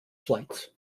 flights